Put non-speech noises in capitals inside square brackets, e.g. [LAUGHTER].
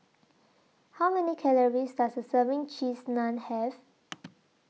How Many Calories Does A Serving Cheese Naan Have [NOISE]